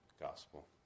gospel